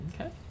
Okay